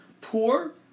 poor